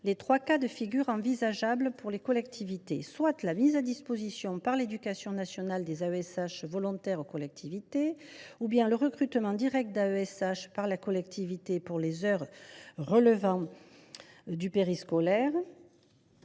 les trois cas de figure envisageables pour les collectivités : soit la mise à disposition par l’éducation nationale des AESH volontaires aux collectivités, soit le recrutement direct d’AESH par la collectivité pour les heures relevant du périscolaire,